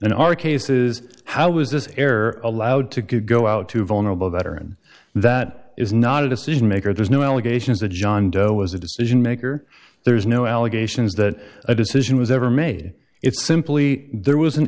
in our cases how was this error allowed to go out to vulnerable that are and that is not a decision maker there's no allegations that john doe was a decision maker there is no allegations that a decision was ever made it's simply there was an